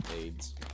AIDS